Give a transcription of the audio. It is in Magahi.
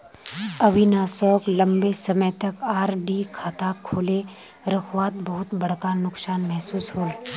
अविनाश सोक लंबे समय तक आर.डी खाता खोले रखवात बहुत बड़का नुकसान महसूस होल